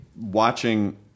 watching